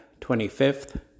25th